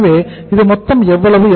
எனவே இது மொத்தம் எவ்வளவு